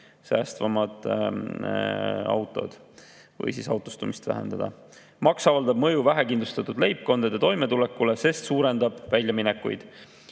säästvamad autod või autostumist vähendada. Maks avaldab mõju vähekindlustatud leibkondade toimetulekule, sest suurendab väljaminekuid.